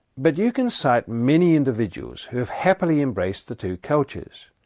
but you can cite many individuals who have happily embraced the two cultures,